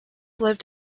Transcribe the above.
lived